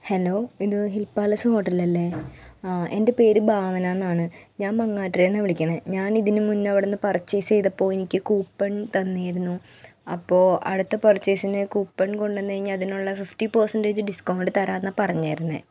hello ഇത് hill palace ഹോട്ടലല്ലേ എൻ്റെ പേര് ഭാവന എന്നാണ് ഞാൻ മങ്ങാട്ട് കരയിൽ നിന്നാണ് വിളിക്കുന്നത് ഞാനിതിന് മുന്നെ അവിടുന്നു പർച്ചേസ് ചെയ്തപ്പോൾ എനിക്ക് കൂപ്പൺ തന്നിരുന്നു അപ്പോൾ അടുത്ത പർച്ചേസിന് കൂപ്പൺ കൊണ്ടുവന്ന് കഴിഞ്ഞാൽ അതിനുള്ള ഫിഫ്റ്റി പെഴ്സെൻറ്റേജ് ഡിസ്കൗണ്ട് തരാമെന്നാണ് പറഞ്ഞിരുന്നത്